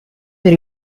per